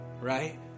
right